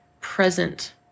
present